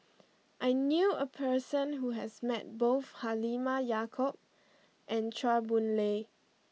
I knew a person who has met both Halimah Yacob and Chua Boon Lay